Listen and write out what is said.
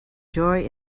joy